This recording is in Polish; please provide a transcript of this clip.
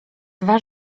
dwa